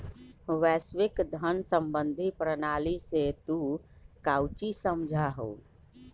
वैश्विक धन सम्बंधी प्रणाली से तू काउची समझा हुँ?